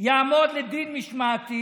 יעמוד לדין משמעתי